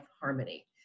harmony